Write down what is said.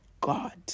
God